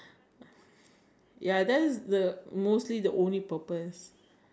um is hard like the base is nice so you can pull everything without like dripping